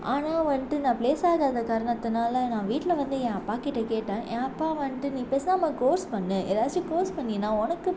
ஆனால் வந்துட்டு நான் ப்ளேஸ் ஆகாத காரணத்துனால் நான் வீட்டில் வந்து என் அப்பா கிட்ட கேட்டேன் ஏன் அப்பா வந்துட்டு நீ பேசாமல் கோர்ஸ் பண்ணு எதாச்சும் கோர்ஸ் பண்ணின்னா உனக்கு